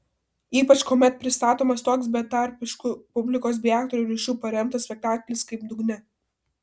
ypač kuomet pristatomas toks betarpišku publikos bei aktorių ryšiu paremtas spektaklis kaip dugne